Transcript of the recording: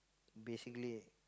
basically